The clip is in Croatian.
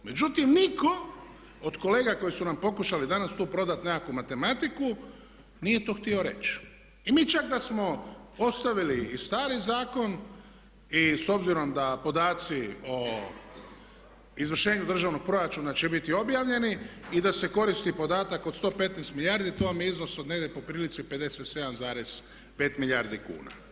Međutim, nitko od kolega koji su nam pokušali danas tu prodati tu nekakvu matematiku nije to htio reći i mi čak da smo ostavili i stari zakon i s obzirom da podaci o izvršenju državnog proračuna će biti objavljeni i da se koristi podatak od 115 milijardi to vam je iznos od negdje po prilici 57,5 milijardi kuna.